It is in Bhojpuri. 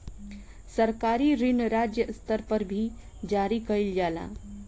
सरकारी ऋण राज्य स्तर पर भी जारी कईल जाला